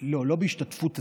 לא, לא, לא בהשתתפות עצמית.